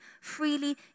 freely